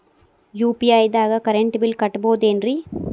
UPI ದಾಗ current bill ಕಟ್ಟಬಹುದೇನ್ರಿ?